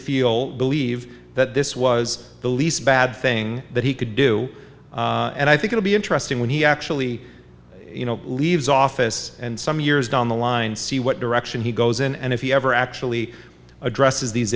feel believe that this was the least bad thing that he could do and i think it'll be interesting when he actually you know leaves office and some years down the line see what direction he goes in and if he ever actually addresses these